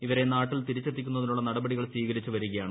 ഇവരെ നാട്ടിൽ തിരിച്ചെത്തിക്കുന്നതിനുള്ള നടപടികൾ സ്വീകരിച്ച് വരികയാണ്